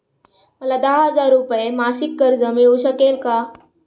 मला दहा हजार रुपये मासिक कर्ज मिळू शकेल का?